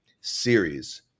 series